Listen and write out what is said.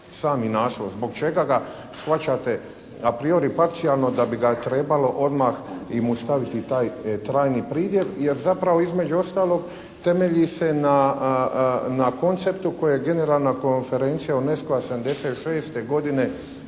Sami naslov, zbog čega ga shvaćate apriori parcijalno, da bi ga trebalo odmah mu staviti taj trajni pridjev, jer zapravo između ostalog temelji se na konceptu koji je Generalna konferencija UNESCO-a '76. godine